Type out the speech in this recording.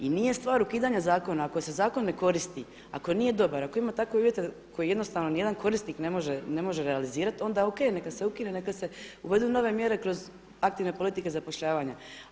I nije stvar ukidanja zakona ako se zakon ne koristi, ako nije dobar, ako ima takve uvjete koje jednostavno ni jedan korisnik ne može realizirati onda o.k. Neka se ukine, neka se uvedu nove mjere kroz aktivne politike zapošljavanja.